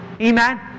Amen